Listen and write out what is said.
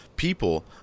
people